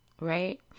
Right